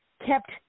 kept